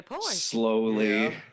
slowly